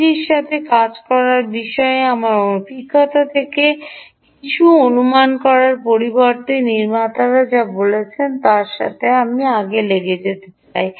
আমি টিইজি র সাথে কাজ করার বিষয়ে আমার অভিজ্ঞতা থেকে কিছু অনুমান করার পরিবর্তে নির্মাতারা যা বলছেন তার সাথে আমি লেগে যেতে চাই